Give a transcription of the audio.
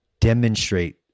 demonstrate